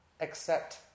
accept